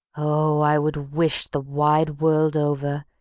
oh, i would wish the wide world over,